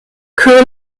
köhler